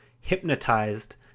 hypnotized